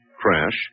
crash